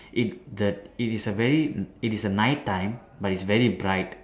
it the it is a very it is a night time but it's very bright